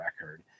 record